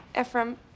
Ephraim